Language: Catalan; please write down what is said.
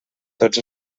tots